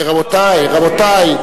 רבותי,